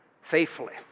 faithfully